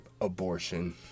abortion